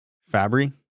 Fabry